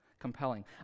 compelling